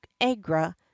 agra